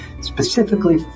specifically